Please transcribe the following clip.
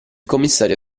commissario